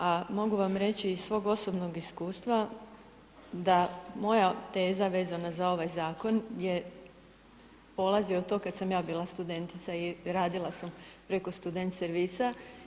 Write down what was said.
A mogu vam reći iz svog osobnog iskustva, da moja teza vezana za ovaj zakon je, polazi od toga kada sam ja bila studentica i radila sam preko student servisa.